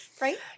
Right